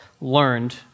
learned